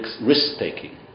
risk-taking